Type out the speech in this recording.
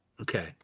Okay